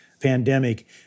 pandemic